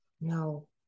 No